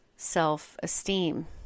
self-esteem